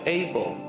able